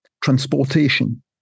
transportation